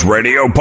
Radio